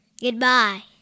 Goodbye